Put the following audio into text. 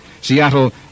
Seattle